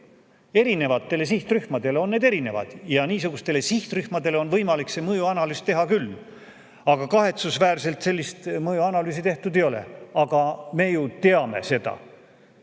Erinevatele sihtrühmadele on need erinevad ja niisuguste sihtrühmade kohta on võimalik mõjuanalüüs teha küll. Kahetsusväärselt sellist mõjuanalüüsi tehtud ei ole. Aga me ju teame, et